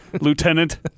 Lieutenant